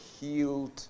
healed